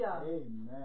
Amen